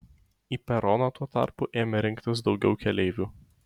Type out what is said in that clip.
į peroną tuo tarpu ėmė rinktis daugiau keleivių